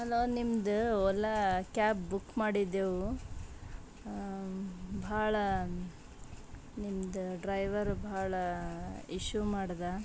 hello ನಿಮ್ಮದು Ola cab book ಮಾಡಿದ್ದೆವು ಭಾಳ ನಿಮ್ದು ಡ್ರೈವರ ಭಾಳ ಇಶ್ಯೂ ಮಾಡಿದ